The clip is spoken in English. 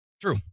True